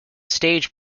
stage